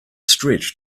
stretch